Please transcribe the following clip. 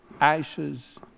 ashes